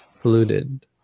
polluted